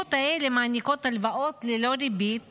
הקופות האלה מעניקות הלוואות ללא ריבית